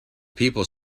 people